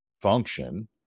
function